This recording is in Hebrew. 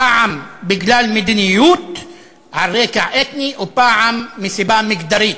פעם בגלל מדיניות על רקע אתני ופעם מסיבה מגדרית.